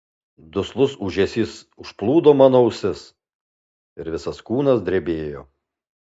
duslus ūžesys užplūdo mano ausis ir visas kūnas drebėjo